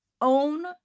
own